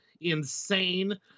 insane